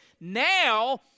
now